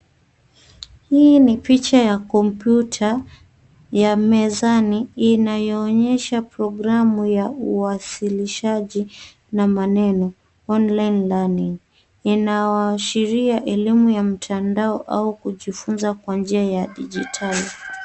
Hii ni picha ya kompyuta ya mezani inayoonyesha programu ya uwasilishaji na maneno online learning. Inaashiria elimu ya mtandao au kujifunza kwa njia ya dijitali.